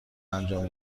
انجام